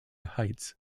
heights